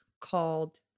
called